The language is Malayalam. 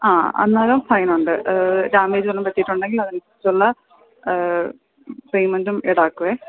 ആ അന്നേരം ഫൈനുണ്ട് ഡാമേജ് വല്ലതും പറ്റിയിട്ടുണ്ടെങ്കിൽ പേയ്മെൻറ്റും ഈടാക്കും